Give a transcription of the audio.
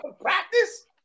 Practice